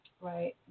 Right